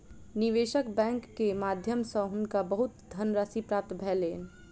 निवेशक बैंक के माध्यम सॅ हुनका बहुत धनराशि प्राप्त भेलैन